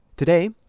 Today